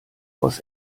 aus